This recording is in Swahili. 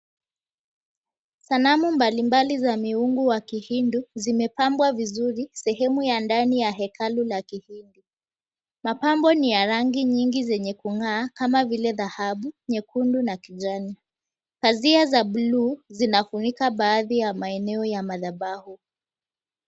Sanamu mbali mbali za miungu za kihindu zimepambwa vizuri sehemu ya ndani ya hekalu la kihindi mapambo ni za rangi nyingi za kung'aa kama vile dhahabu, nyekundu na kijani pazia za blue zinafunika baadhi ya maeneo ya madhabahu.